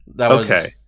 Okay